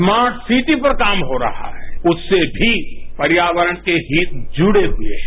smart city पर काम हो रहा है उससे भी पर्यावरण के हित जुड़े हुए हैं